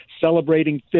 celebrating